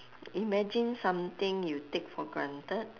imagine something you take for granted